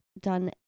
done